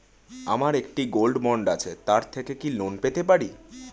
আমার একটি gold bond আছে তার থেকে কি লোন পেতে পারি?